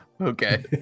Okay